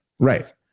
Right